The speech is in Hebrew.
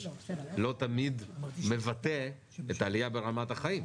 לא תמיד מבטא את העלייה ברמת החיים.